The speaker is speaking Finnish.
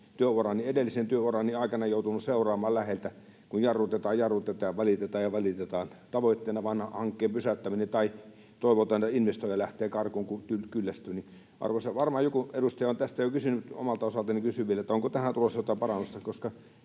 edellisen työurani, aikana joutunut seuraamaan läheltä, kun jarrutetaan ja jarrutetaan ja valitetaan ja valitetaan — tavoitteena vain hankkeen pysäyttäminen, tai toivotaan, että investoija lähtee karkuun, kun kyllästyy. Varmaan joku edustaja on tästä jo kysynyt, mutta omalta osaltani kysyn vielä: Onko tähän tulossa jotain parannusta?